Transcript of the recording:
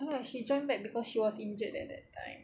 no she join back cause she was injured at that time